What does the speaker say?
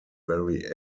very